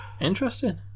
interesting